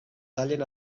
tallen